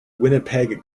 winnipeg